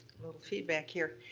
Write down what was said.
feedback here.